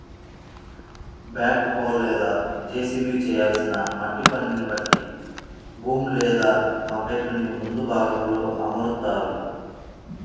back హో లేదా JCB చేయాల్సిన మట్టి పనిని బట్టి బూమ్ లేదా బకెట్టుని ముందు భాగంలో అమరుత్తారు